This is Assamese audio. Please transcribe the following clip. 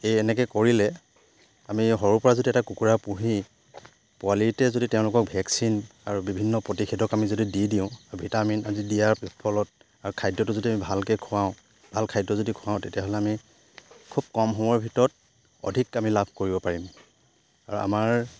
এই এনেকে কৰিলে আমি সৰুৰ পৰা যদি এটা কুকুৰা পুহি পোৱালিতে যদি তেওঁলোকক ভেকচিন আৰু বিভিন্ন প্ৰতিষেধক আমি যদি দি দিওঁ ভিটামিন আজি দিয়াৰ ফলত আৰু খাদ্যটো যদি আমি ভালকে খুৱাওঁ ভাল খাদ্য যদি খুৱাওঁ তেতিয়াহ'লে আমি খুব কম সময়ৰ ভিতৰত অধিক আমি লাভ কৰিব পাৰিম আৰু আমাৰ